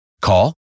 Call